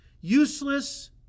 useless